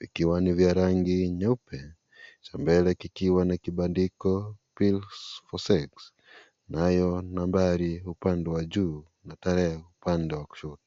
vikiwa ni vya rangi nyeupe mbele kikiwa ni kibandiko pills for sex nayo nambari upande wa juu na tarehe upande wa kushoto.